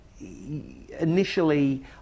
initially